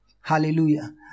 Hallelujah